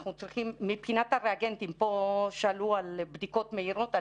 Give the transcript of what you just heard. מבחינת הריאגנטים, פה שאלו על בדיקות מהירות.